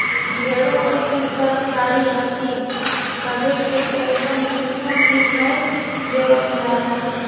ढेरो अइसन कर्मचारी हथिन सभे के पेन्शन बिल्कुल भी नय देवल जा हय